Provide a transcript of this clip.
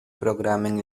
programming